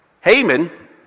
Haman